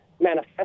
manifest